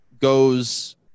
goes